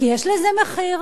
כי יש לזה מחיר,